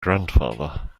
grandfather